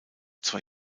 zwei